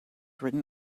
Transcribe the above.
written